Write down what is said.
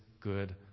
good